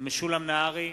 משולם נהרי,